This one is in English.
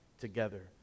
together